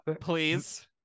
Please